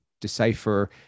decipher